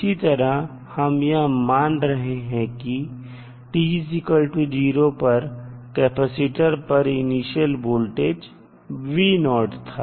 इसी तरह हम यह मान रहे हैं कि t0 पर कैपेसिटर पर इनिशियल वोल्टेज था